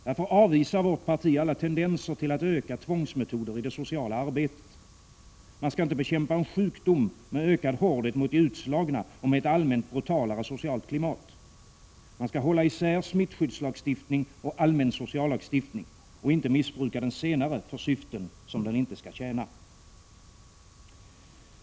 Därför avvisar vårt parti alla tendenser till att öka tvångsmetoder i det sociala arbetet. Man skall inte bekämpa en sjukdom med ökad hårdhet mot de utslagna och med ett allmänt brutalare socialt klimat. Man skall hålla isär smittskyddslagstiftning och allmän sociallagstiftning och inte missbruka den senare för syften som den inte skall tjäna.